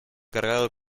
cargado